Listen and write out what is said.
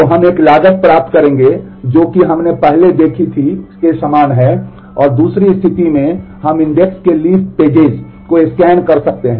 तो हम एक लागत प्राप्त करेंगे जो कि हमने पहले देखी थी के समान है और दूसरी स्थिति में हम इंडेक्स वाला कर रहे हैं